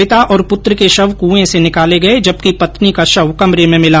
पिता और पुत्र के शव कुएं से निकाले गए जबकि पत्नी का शव कमरे में मिला